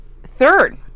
Third